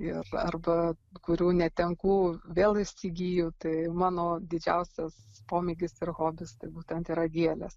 ir arba kurių netenku vėl įsigyju tai mano didžiausias pomėgis ir hobis tai būtent yra gėlės